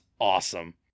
awesome